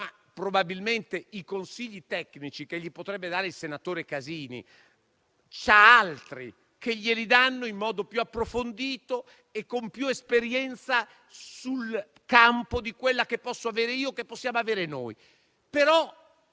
Probabilmente però i consigli tecnici che gli potrebbe dare il senatore Casini gli vengono da altri che glieli danno in modo più approfondito e con più esperienza sul campo di quella che posso avere io o che possiamo avere noi.